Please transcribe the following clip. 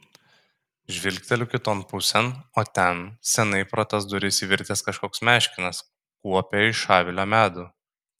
žvilgteliu kiton pusėn o ten seniai pro tas duris įvirtęs kažkoks meškinas kuopia iš avilio medų